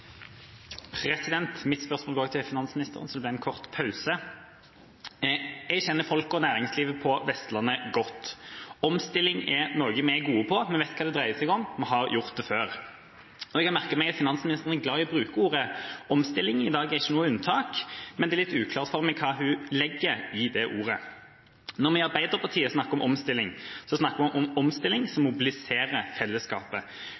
Mitt spørsmål går til finansministeren, så det ble en kort pause. Jeg kjenner folk og næringslivet på Vestlandet godt. Omstilling er noe vi er gode på. Vi vet hva det dreier seg om. Vi har gjort det før. Jeg har merket meg at finansministeren er glad i å bruke ordet «omstilling». I dag er ikke noe unntak, men det er litt uklart for meg hva hun legger i det ordet. Når vi i Arbeiderpartiet snakker om omstilling, snakker vi om omstilling som mobiliserer fellesskapet,